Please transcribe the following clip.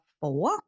four